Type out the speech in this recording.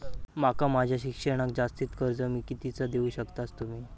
माका माझा शिक्षणाक जास्ती कर्ज कितीचा देऊ शकतास तुम्ही?